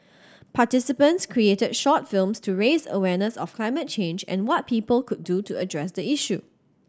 participants created short films to raise awareness of climate change and what people could do to address the issue